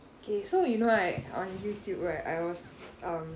okay so you know right on youtube right I was um